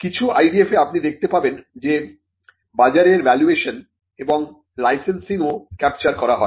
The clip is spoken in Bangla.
কিছু IDF এ আপনি দেখতে পাবেন যে বাজারের ভ্যালুয়েশন এবং লাইসেন্সিং ও ক্যাপচার করা হয়